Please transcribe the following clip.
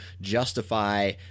justify